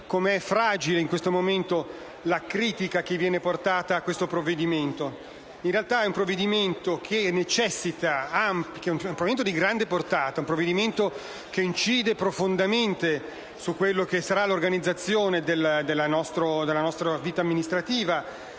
sia fragile in questo momento la critica portata a questo provvedimento. In realtà, questo è un provvedimento di grande portata, che incide profondamente sulla futura organizzazione della nostra vita amministrativa.